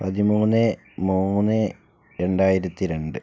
പതിമൂന്ന് മൂന്ന് രണ്ടായിരത്തി രണ്ട്